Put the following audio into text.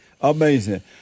amazing